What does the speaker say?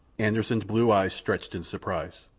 anderssen's blue eyes stretched in surprise.